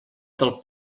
del